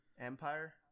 Empire